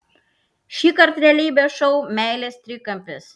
šįkart realybės šou meilės trikampis